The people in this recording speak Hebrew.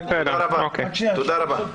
תודה רבה.